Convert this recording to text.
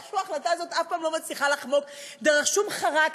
איכשהו ההחלטה הזאת אף פעם לא מצליחה לחמוק דרך שום חרך,